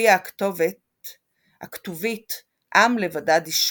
הופיעה הכתובית "עם לבדד ישכון"